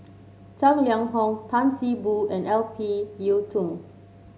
Tang Liang Hong Tan See Boo and Ip Yiu Tung